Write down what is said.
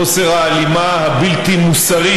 חוסר ההלימה הבלתי-מוסרי,